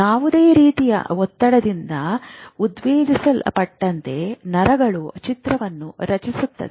ಯಾವುದೇ ರೀತಿಯ ಒತ್ತಡದಿಂದ ಉತ್ತೇಜಿಸಲ್ಪಟ್ಟಂತೆ ನರಗಳು ಚಿತ್ರವನ್ನು ರಚಿಸುತ್ತವೆ